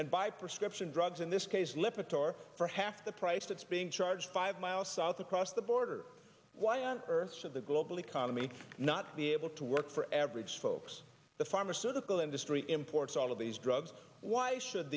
and buy prescription drugs in this case lipitor for half the price that's being charged five miles south across the border why on earth should the global economy not be able to work for average folks the pharmaceutical industry imports all of these drugs why should